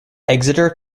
exeter